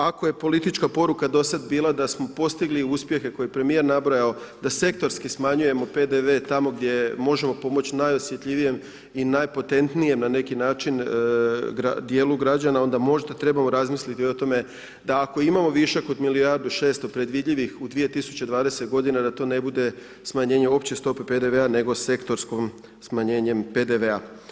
Ako je politička poruka do sada bila, da smo postigli uspjehe koje je premjer nabrojao, da sektorski smanjujemo PDV tamo gdje možemo pomoći najosjetljivijim i najpotentnije, na neki način, dijelu građana, onda možda trebamo razmisliti o tome, da ako imamo višak od milijardu i 600 predvidljivijih u 2020 g. da to ne bude smanjenje opće stope PDV-a nego sektorskom smanjenju PDV-a.